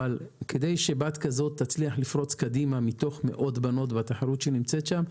אבל כדי שבת כזאת תצליח לפרוץ קדימה מתוך מאות בנות ובתחרות שנמצאת שם,